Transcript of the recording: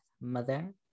mother